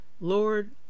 Lord